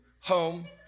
home